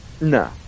No